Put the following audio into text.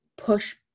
push